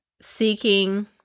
seeking